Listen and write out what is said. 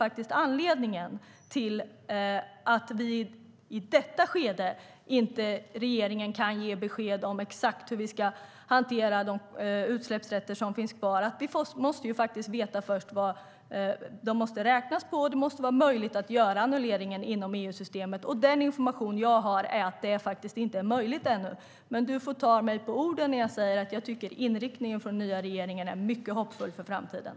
Att regeringen i detta skede inte kan ge besked om exakt hur vi ska hantera de utsläppsrätter som finns kvar beror på att inte alla processer är klara inom EU-samarbetet. Vi måste först veta vad detta ska räknas på, och det måste vara möjligt att göra annulleringen inom EU-systemet. Den information jag har är att det ännu inte är möjligt. Men Jens Holm får ta mig på orden när jag säger att jag tycker att inriktningen från den nya regeringen är mycket hoppfull inför framtiden.